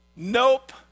Nope